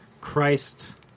Christ